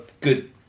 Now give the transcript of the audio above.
good